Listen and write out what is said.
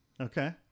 okay